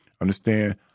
understand